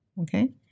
okay